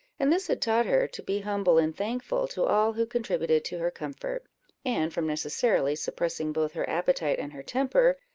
and this had taught her to be humble and thankful to all who contributed to her comfort and from necessarily suppressing both her appetite and her temper,